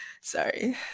Sorry